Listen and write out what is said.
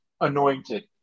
anointed